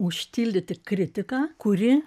užtildyti kritiką kuri